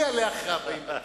אני אעלה אחרי הבאים בתור.